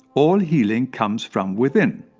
all healing comes from within.